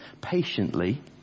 patiently